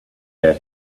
our